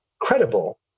credible